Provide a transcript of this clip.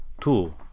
Two